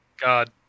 God